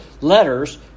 letters